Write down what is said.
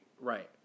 right